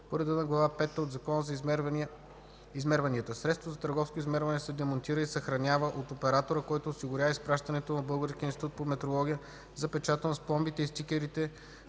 по реда на Глава пета от Закона за измерванията. Средството за търговско измерване се демонтира и съхранява от оператора, който осигурява изпращането му в Българския институт по метрология, запечатано с пломбите и стикерите,